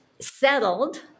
settled